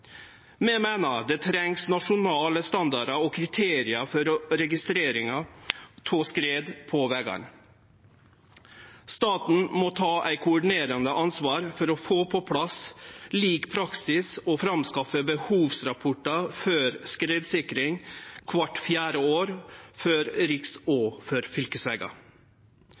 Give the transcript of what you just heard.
meiner det trengst nasjonale standardar og kriterium for registrering av skred på vegane. Staten må ta eit koordinerande ansvar for å få på plass lik praksis og skaffe fram behovsrapportar for skredsikring kvart fjerde år for riks- og